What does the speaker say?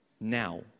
now